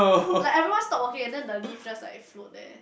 like everyone stop walking and then the leaves like just float there